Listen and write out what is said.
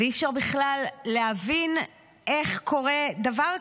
ואי-אפשר בכלל להבין איך קורה דבר כזה.